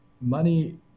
money